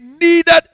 needed